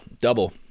Double